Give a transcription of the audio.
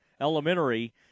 Elementary